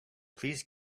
please